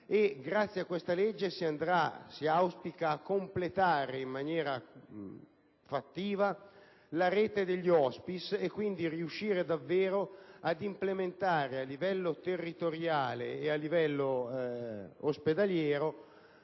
Grazie a questa legge si auspica che si andrà a completare in maniera fattiva la rete degli *hospice* e quindi si riuscirà davvero ad implementare, a livello territoriale e ospedaliero,